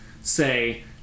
say